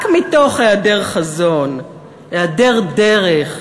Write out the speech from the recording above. רק מתוך היעדר חזון, היעדר דרך,